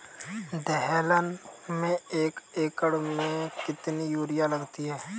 दलहन में एक एकण में कितनी यूरिया लगती है?